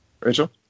Rachel